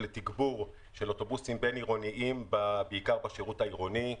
לתגבור של אוטובוסים בין-עירוניים בעיקר בשירות העירוני.